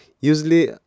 Usually